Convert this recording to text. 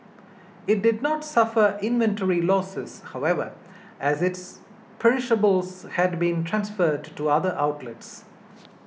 it did not suffer inventory losses however as its perishables had been transferred to do other outlets